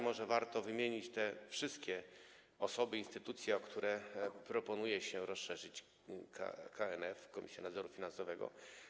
Może warto wymienić te wszystkie osoby, instytucje, o które proponuje się rozszerzyć KNF, Komisję Nadzoru Finansowego.